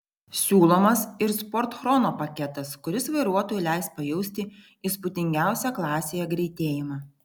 siūlomas ir sport chrono paketas kuris vairuotojui leis pajausti įspūdingiausią klasėje greitėjimą